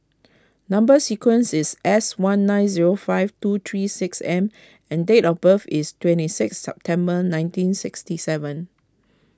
Number Sequence is S one nine zero five two three six M and date of birth is twenty six September nineteen sixty seven